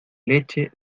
leche